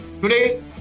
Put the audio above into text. Today